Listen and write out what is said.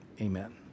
amen